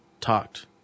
talked